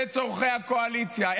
זה צורכי הקואליציה.